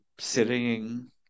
Sitting